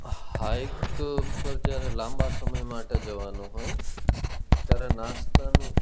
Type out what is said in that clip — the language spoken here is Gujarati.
હાઇક પર જ્યારે લાંબા સમય માટે જવાનું હોય ત્યારે નાસ્તાનું